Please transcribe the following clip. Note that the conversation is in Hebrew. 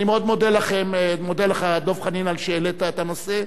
אני מאוד מודה לך, דב חנין, על שהעלית את הנושא.